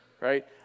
Right